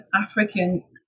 African